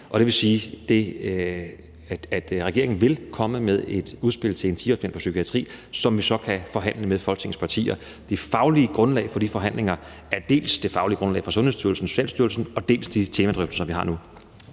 det vil sige, at regeringen vil komme med et udspil til en 10-årsplan for psykiatrien, som vi så kan forhandle om med Folketingets partier. Det faglige grundlag for de forhandlinger består dels af det faglige grundlag fra Sundhedsstyrelsen og Socialstyrelsen, dels af de temadrøftelser, vi har nu.